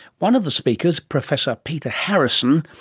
one of the speakers, professor peter harrison,